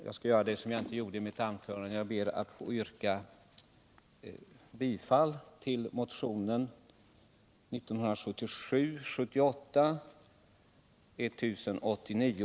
Jag skall gör det jag inte gjorde i mitt huvudanförande: Jag yrkar bifall till motionen 1977/78:1089.